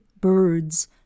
birds